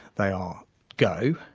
they are go,